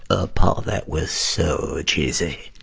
ah, paul, that was so cheesy.